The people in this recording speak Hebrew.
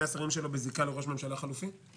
השרים שלו בזיקה לראש הממשלה החלופי?